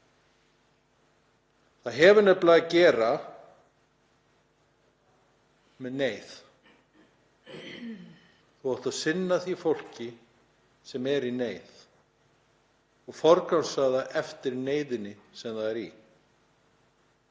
Það hefur að gera með neyð, þú átt að sinna því fólki sem er í neyð og forgangsraða eftir neyðinni sem það er í.